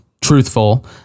truthful